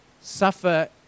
suffer